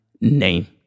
name